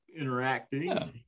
interacting